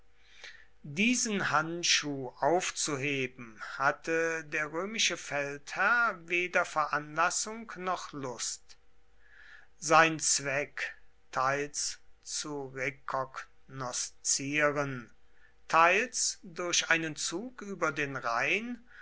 diesen handschuh aufzuheben hatte der römische feldherr weder veranlassung noch lust sein zweck teils zu rekognoszieren teils durch einen zug über den rhein